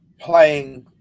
playing